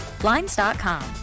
Blinds.com